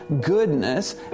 goodness